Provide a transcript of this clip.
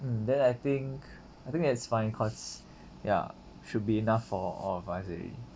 mm then I think I think that it's fine cause ya should be enough for all of us already